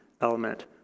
element